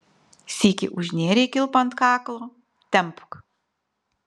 sykį užnėrei kilpą ant kaklo tempk